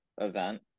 event